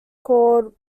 called